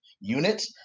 unit